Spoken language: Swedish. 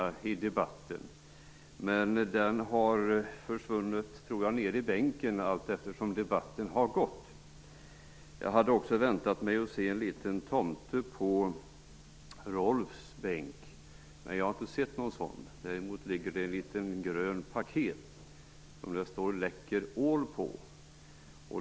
Jag tror dock att den mer och mer försvunnit ned i bänken allteftersom debatten fortskridit. Jag hade också väntat mig att se en liten tomte på Rolf Kenneryds bänk, men någon sådan har jag inte sett. Däremot ligger där ett litet grönt paket som det står Läkerol på.